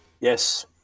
yes